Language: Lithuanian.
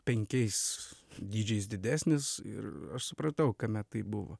penkiais dydžiais didesnis ir aš supratau kame tai buvo